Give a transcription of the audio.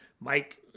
Mike